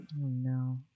no